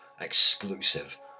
exclusive